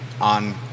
on